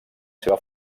seva